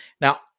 Now